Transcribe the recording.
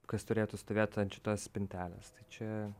kas turėtų stovėt ant tos spintelės tai čia